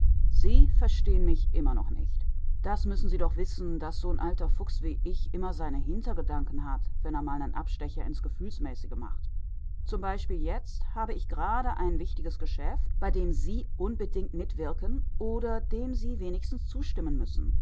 sie verstehen mich immer noch nicht das müssen sie doch wissen daß so n alter fuchs wie ich immer seine hintergedanken hat wenn er mal nen abstecher ins gefühlsmäßige macht zum beispiel jetzt habe ich gerade ein wichtiges geschäft bei dem sie unbedingt mitwirken oder dem sie wenigstens zustimmen müssen